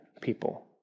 people